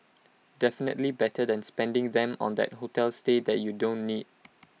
definitely better than spending them on that hotel stay that you don't need